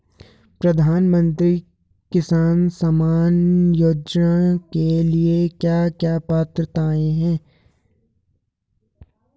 प्रधानमंत्री किसान सम्मान योजना के लिए क्या क्या पात्रताऐं हैं?